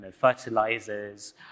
fertilizers